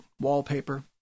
wallpaper